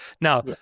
now